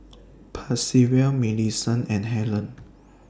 Percival Millicent and Hellen